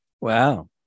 Wow